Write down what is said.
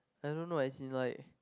I don't know as in like